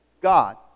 God